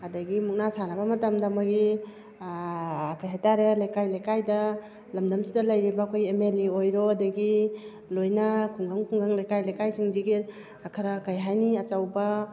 ꯑꯗꯒꯤ ꯃꯨꯛꯅ ꯁꯥꯟꯅꯕ ꯃꯇꯝꯗ ꯃꯣꯏꯒꯤ ꯀꯩꯍꯥꯏꯇꯥꯔꯦ ꯂꯩꯀꯥꯏ ꯂꯩꯀꯥꯏꯗ ꯂꯝꯗꯝꯁꯤꯗ ꯂꯩꯔꯤꯕ ꯑꯩꯈꯣꯏ ꯑꯦꯝ ꯑꯦꯜ ꯑꯦ ꯑꯣꯏꯔꯣ ꯑꯗꯒꯤ ꯂꯣꯏꯅ ꯈꯨꯡꯒꯪ ꯈꯨꯡꯒꯪ ꯂꯩꯀꯥꯏ ꯂꯩꯀꯥꯏꯁꯤꯡꯁꯤꯒꯤ ꯈꯔ ꯀꯩꯍꯥꯏꯅꯤ ꯑꯆꯧꯕ